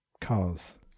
cars